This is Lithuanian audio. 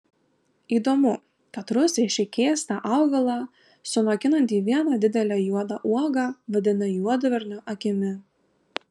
įdomu kad rusai šį keistą augalą sunokinantį vieną didelę juodą uogą vadina juodvarnio akimi